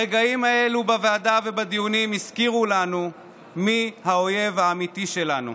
הרגעים האלה בוועדה ובדיונים הזכירו לנו מי האויב האמיתי שלנו,